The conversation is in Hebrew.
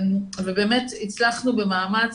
והצלחנו במאמץ,